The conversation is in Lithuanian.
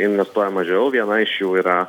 investuoja mažiau viena iš jų yra